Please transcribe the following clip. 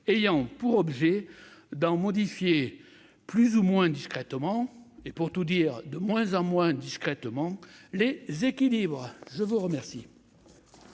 ayant pour objet d'en modifier, plus ou moins discrètement et, pour tout dire, de moins en moins discrètement, les équilibres. La parole